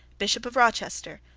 bishop of rochester,